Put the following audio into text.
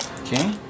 Okay